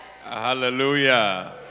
Hallelujah